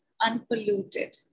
unpolluted